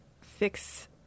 fix